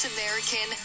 American